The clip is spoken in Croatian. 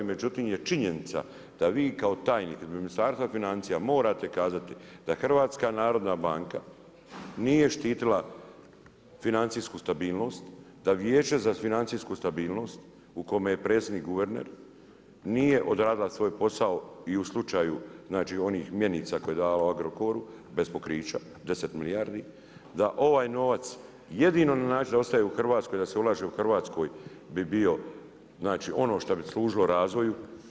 Međutim je činjenica da vi kao tajnik iz Ministarstva financija morate kazati da Hrvatska narodna banka nije štitila financijsku stabilnost, da Vijeće za financijsku stabilnost u kome je predsjednik guverner nije odradila svoj posao i u slučaju, znači onih mjenica koje je dala Agrokoru bez pokrića 10 milijardi, da ovaj novac jedino na način da ostaje u Hrvatskoj, da se ulaže u Hrvatskoj bi bio znači ono što bi služilo razvoju.